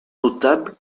notable